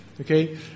Okay